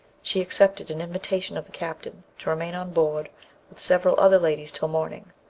she accepted an invitation of the captain to remain on board with several other ladies till morning.